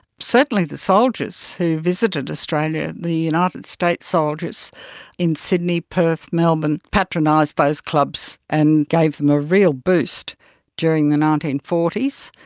certainly the soldiers who visited australia, australia, the united states soldiers in sydney, perth, melbourne, patronised those clubs and gave them a real boost during the nineteen forty s.